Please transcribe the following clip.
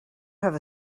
have